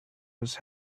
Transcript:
was